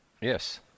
yes